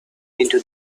into